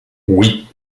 oui